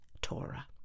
Torah